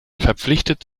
verpflichtet